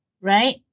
right